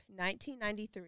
1993